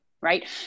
Right